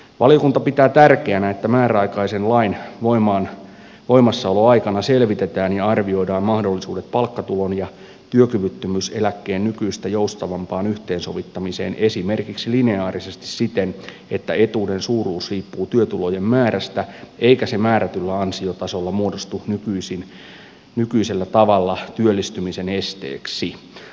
valiokunta pitää tärkeänä että määräaikaisen lain voimassaoloaikana selvitetään ja arvioidaan mahdollisuudet palkkatulon ja työkyvyttömyyseläkkeen nykyistä joustavampaan yhteensovittamiseen esimerkiksi lineaarisesti siten että etuuden suuruus riippuu työtulojen määrästä eikä se määrätyllä ansiotasolla muodostu nykyisellä tavalla työllistymisen esteeksi